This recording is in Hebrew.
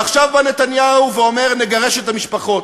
ועכשיו בא נתניהו ואומר: נגרש את המשפחות.